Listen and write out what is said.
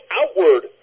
outward